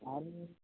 आरे